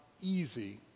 easy